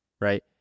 right